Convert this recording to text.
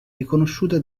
riconosciute